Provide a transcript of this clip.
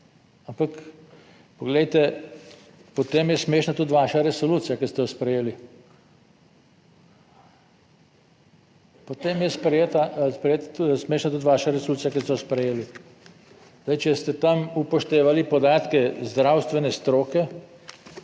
ampak poglejte potem je smešna tudi vaša resolucija, ki ste jo sprejeli, potem je smešna tudi vaša resolucija, ki ste jo sprejeli. Zdaj, če ste tam upoštevali podatke zdravstvene stroke